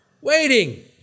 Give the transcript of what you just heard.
waiting